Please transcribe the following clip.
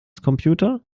computer